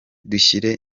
dushyire